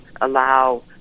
allow